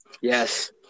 Yes